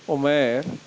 Umair